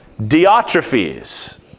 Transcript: Diotrephes